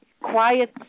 quiet